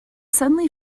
suddenly